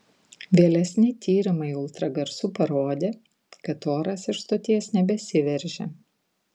vėlesni tyrimai ultragarsu parodė kad oras iš stoties nebesiveržia